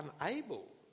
unable